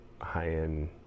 high-end